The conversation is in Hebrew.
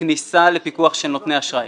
כניסה לפיקוח של נותני אשראי,